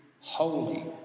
holy